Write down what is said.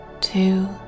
two